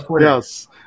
Yes